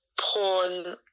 porn